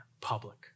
public